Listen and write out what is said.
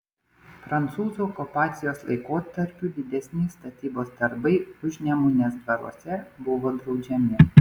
prancūzų okupacijos laikotarpiu didesni statybos darbai užnemunės dvaruose buvo draudžiami